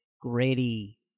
gritty